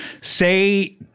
say